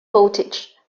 voltage